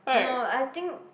no I think